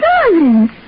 darling